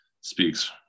speaks